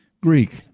Greek